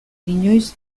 inoiz